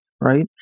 right